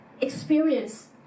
experience